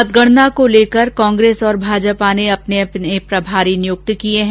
मतगणना को लेकर कांग्रेस और भाजपा ने अपने अपने प्रभारी नियुक्त किए हैं